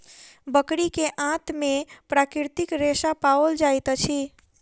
बकरी के आंत में प्राकृतिक रेशा पाओल जाइत अछि